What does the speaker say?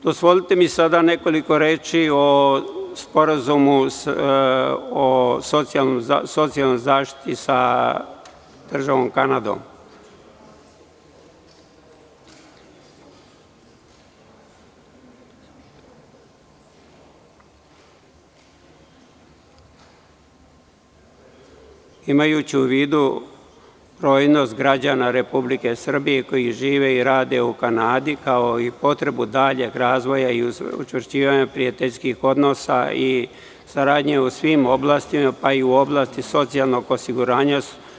Dozvolite mi sada nekoliko reči o Sporazumu o socijalnoj zaštiti sa Kanadom, imajući u vidu brojnost građana Republike Srbije koji žive i rade u Kanadi, kao i potrebu daljeg razvoja i učvršćivanja prijateljskih odnosa i saradnje u svim oblastima, pa i u oblasti socijalnog osiguranja.